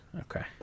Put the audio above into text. Okay